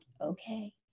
okay